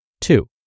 Two